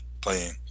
playing